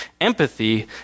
Empathy